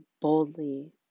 boldly